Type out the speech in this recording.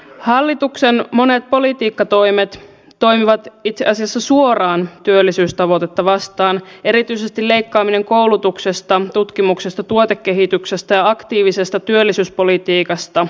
hallituksen monet politiikkatoimet toimivat itse asiassa suoraan työllisyystavoitetta vastaan erityisesti leikkaaminen koulutuksesta tutkimuksesta tuotekehityksestä ja aktiivisesta työllisyyspolitiikasta